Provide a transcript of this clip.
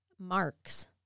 marks